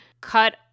cut